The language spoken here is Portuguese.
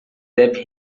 deve